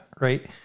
right